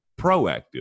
proactive